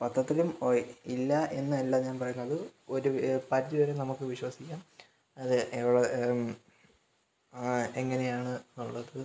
പത്രത്തിലും ഇല്ല എന്നല്ല ഞാന് പറയുന്നത് ഒരു പരിധി വരെ നമുക്ക് വിശ്വസിക്കാം അത് എവള് എങ്ങനെയാണ് എന്നുള്ളത്